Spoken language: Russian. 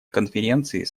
конференции